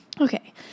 Okay